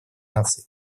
наций